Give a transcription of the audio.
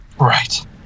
Right